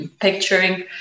picturing